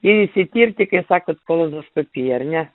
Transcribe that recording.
jau išsitirti kaip sakot kolonoskopiją ar ne